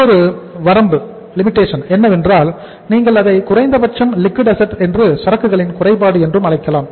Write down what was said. மற்றொரு வரம்பு என்னவென்றால் நீங்கள் அதை குறைந்தபட்சம் லிக்விட் அசட் என்றும் சரக்குகளின் குறைபாடு என்றும் அழைக்கலாம்